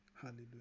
Hallelujah